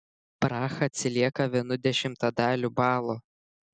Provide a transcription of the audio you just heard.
praha atsilieka vienu dešimtadaliu balo